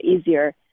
easier